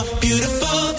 beautiful